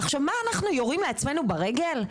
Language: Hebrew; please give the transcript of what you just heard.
עכשיו מה אנחנו יורים לעצמנו ברגל?